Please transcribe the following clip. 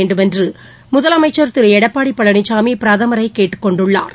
வேண்டுமென்று முதலமைச்சா் திரு எடப்பாடி பழனிசாமி பிரதமரை கேட்டுக் கொண்டுள்ளாா்